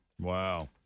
Wow